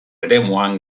eremuan